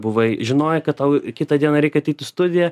buvai žinojai kad tau kitą dieną reikia ateit į studiją